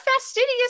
fastidious